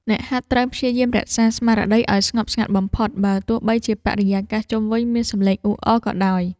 អ្នកហាត់ត្រូវព្យាយាមរក្សាស្មារតីឱ្យនៅស្ងប់ស្ងាត់បំផុត បើទោះបីជាបរិយាកាសជុំវិញមានសំឡេងអ៊ូអរក៏ដោយ។